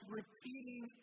repeating